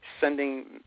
sending